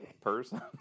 person